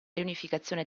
riunificazione